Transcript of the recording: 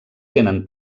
tenen